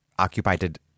occupied